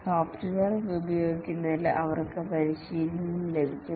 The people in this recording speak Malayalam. സോഫ്റ്റ്വെയർ ഉപയോഗിക്കുന്നതിൽ അവർക്ക് പരിശീലനം ലഭിക്കും